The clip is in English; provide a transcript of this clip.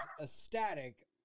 ecstatic